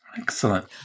Excellent